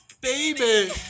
Baby